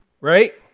right